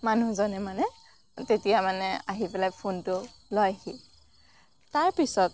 মানুহজনে মানে তেতিয়া মানে আহি পেলাই ফোনটো লয়হি তাৰপিছত